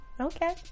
okay